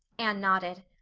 anne nodded.